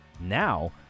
Now